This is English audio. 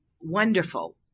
wonderful